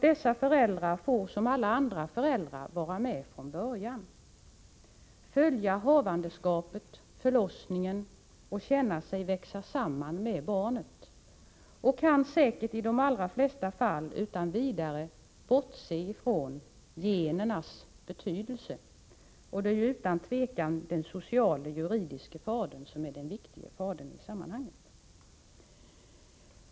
Dessa föräldrar får som andra föräldrar vara med från början, följa havandeskapet och förlossningen och känna sig växa samman med barnet, och de kan säkert i de allra flesta fall utan vidare bortse ifrån genernas betydelse. Det är utan tvivel den sociale och juridiske fadern som är den viktige fadern.